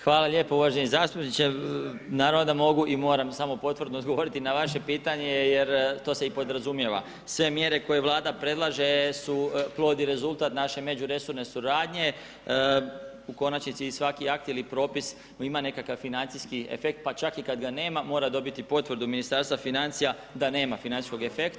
Hvala lijepo uvaženi zastupniče, naravno da moram i mogu samo potvrdno izgovoriti na vaše pitanje, jer to se i podrazumijeva, sve mjere koje vlada predlaže su plod i rezultat naše međuresorne suradnje, u konačnici svaki akt ili propis ima nekakav financijski efekt pa čak i kada ga nema, mora dobiti potvrdu Ministarstva financija, da nema financijskog efekta.